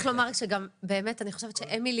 אבל צריך לומר שגם באמת אני חושבת שאמילי,